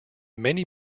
many